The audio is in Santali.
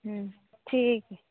ᱴᱷᱤᱠ ᱜᱮᱭᱟ